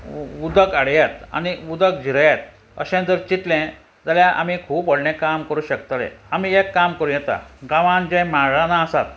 उदक आडयात आनी उदक जिरयात अशें जर चितलें जाल्यार आमी खूब व्हडलें काम करूंक शकतले आमी एक काम करूं येता गांवान जे म्हाळ रानां आसात